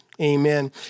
Amen